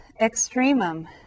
extremum